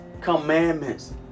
commandments